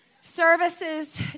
Services